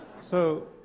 So-